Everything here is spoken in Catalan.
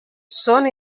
són